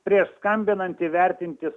prieš skambinant įvertinti